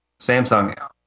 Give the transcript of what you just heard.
samsung